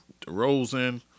DeRozan